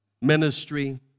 Ministry